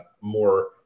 more